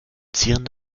zieren